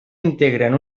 integren